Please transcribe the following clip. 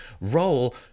role